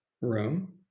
room